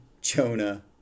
Jonah